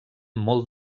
molt